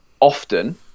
often